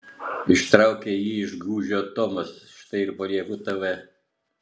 ištraukė jį iš gūžio tomas štai ir palieku tv